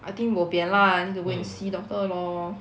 I think bo pian lah need to go and see doctor lor